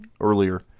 earlier